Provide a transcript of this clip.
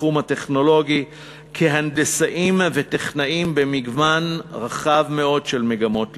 בתחום הטכנולוגי כהנדסאים וטכנאים במגוון רחב מאוד של מגמות לימוד.